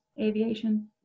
Aviation